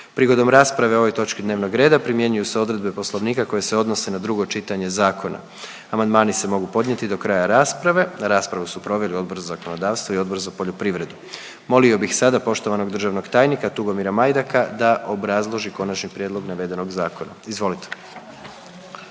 Prigodom rasprave o ovoj točki dnevnog reda primjenjuju se odredbe Poslovnika koje se odnose na drugo čitanje zakona. Amandmani se mogu podnijeti do kraja rasprave. Raspravu su proveli Odbor za zakonodavstvo i Odbor za poljoprivredu. Molio bih sada poštovanog državnog tajnika Tugomira Majdaka da obrazloži Konačni prijedlog navedenog zakona, izvolite.